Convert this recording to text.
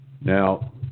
Now